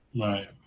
Right